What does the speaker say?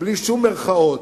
בלי שום מירכאות.